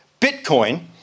Bitcoin